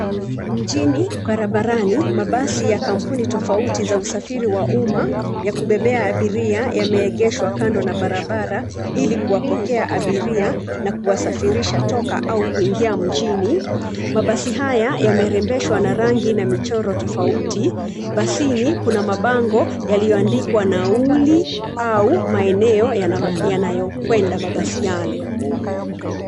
Mjini, barabani, mabasi ya kampuni tofauti za usafiri wa umma, yakubebea abiria, yameeegeshwa kando na barabara, ilikuwapokea abiria, na kuwasafirisha toka au kuingia mjini, mabasi haya, yamerembeshwa na rangi na michoro tofauti, basini, kuna mabango, yaliyoandikwa nauli, au, maeneo yanayo, kwenda mabasi yale.